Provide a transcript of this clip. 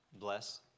bless